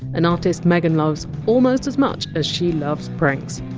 an artist megan loves almost as much as she loves pranks.